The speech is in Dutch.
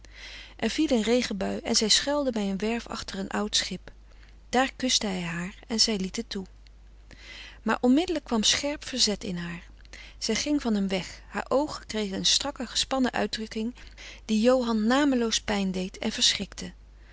er viel een regenbui en zij schuilden bij een werf achter een oud schip daar kuste hij haar en zij liet het toe maar onmiddelijk kwam scherp verzet in haar zij ging van hem weg haar oogen kregen een strakke gespannen uitdrukking die johan nameloos pijn deed en verschrikte